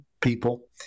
people